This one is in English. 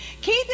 Keith